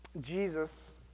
Jesus